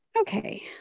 Okay